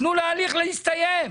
תנו להליך להסתיים.